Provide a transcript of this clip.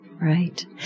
right